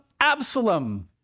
Absalom